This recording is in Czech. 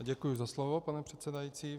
Děkuji za slovo, pane předsedající.